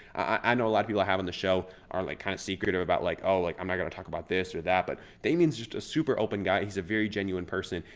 i know a lot of people have on the show are like kind of secretive about like, oh, like i'm not going to talk about this or that. but damien's just a super open guy. he's a very genuine person.